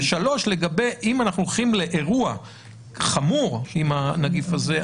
וכן אם אנחנו הולכים לאירוע חמור עם הנגיף הזה,